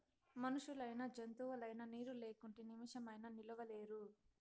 మనుషులైనా జంతువులైనా నీరు లేకుంటే నిమిసమైనా నిలువలేరు